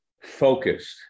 focused